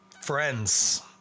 Friends